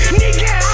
nigga